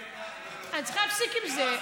אני צריכה להפסיק עם זה.